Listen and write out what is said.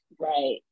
right